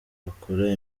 bakora